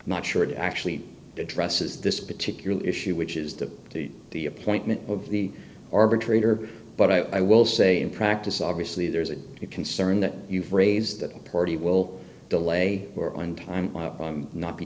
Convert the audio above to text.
not sure it actually addresses this particular issue which is due to the appointment of the arbitrator but i will say in practice obviously there's a concern that you've raised that a party will delay or on time from not be